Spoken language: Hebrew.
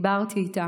ואני דיברתי איתם,